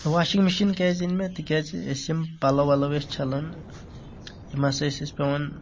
washing machine کیٛازِ أنۍ مےٚ تِکیٛازِ أسۍ یِم پَلو وَلو أسۍ چھلان یِم ہسا ٲسۍ أسۍ پیٚوان